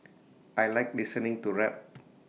I Like listening to rap